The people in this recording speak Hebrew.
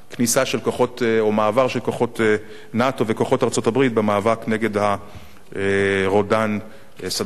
מעבר של כוחות נאט"ו וכוחות ארצות-הברית במאבק נגד הרודן סדאם חוסיין.